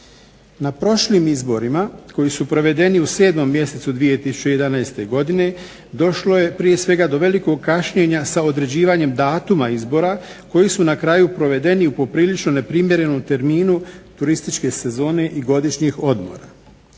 Na prošlim izborima koji su provedeni u sedmom mjesecu 2011. godine došlo je prije svega do velikog kašnjenja sa određivanjem datuma izbora koji su na kraju provedeni u poprilično neprimjerenom terminu turističke sezone i godišnjih odmora.